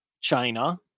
China